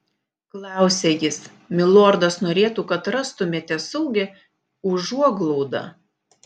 klausia jis milordas norėtų kad rastumėte saugią užuoglaudą